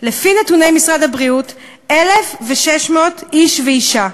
לפי נתוני משרד הבריאות, 1,600 איש ואישה.